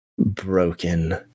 broken